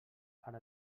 ara